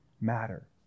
matter